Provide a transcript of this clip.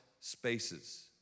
spaces